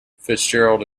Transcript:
fitzgerald